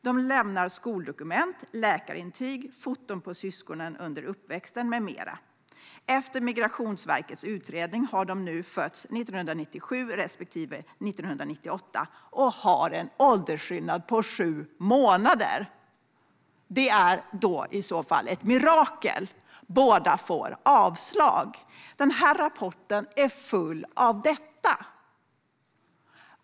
De lämnar skoldokument, läkarintyg, foton på sig under uppväxten med mera. Efter Migrationsverkets utredning har de nu fötts 1997 respektive 1998 och har en åldersskillnad på sju månader. Det är i så fall ett mirakel. Båda får avslag. Den här rapporten är full av sådant.